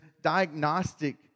diagnostic